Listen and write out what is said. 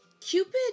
Cupid